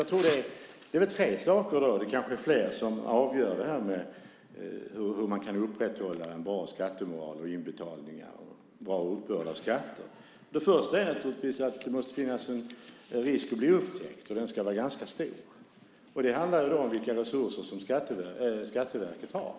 Jag tror att det är tre saker, kanske flera, som avgör hur man kan upprätthålla en bra skattemoral med inbetalningar och bra uppbörd av skatter. Den första punkten är naturligtvis att det måste finnas en risk att bli upptäckt, och den ska vara ganska stor. Det handlar bland annat om vilka resurser som Skatteverket har.